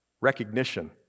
recognition